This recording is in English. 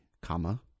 Comma